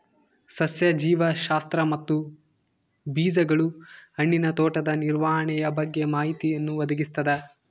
ಸಸ್ಯ ಜೀವಶಾಸ್ತ್ರ ಮತ್ತು ಬೀಜಗಳು ಹಣ್ಣಿನ ತೋಟದ ನಿರ್ವಹಣೆಯ ಬಗ್ಗೆ ಮಾಹಿತಿಯನ್ನು ಒದಗಿಸ್ತದ